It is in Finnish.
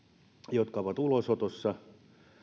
jotka ovat ulosotossa